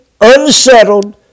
unsettled